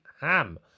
ham